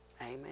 Amen